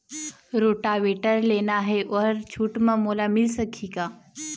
Rotavator लेना हे ओहर छूट म मोला मिल सकही का?